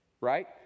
right